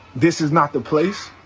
this is not the place.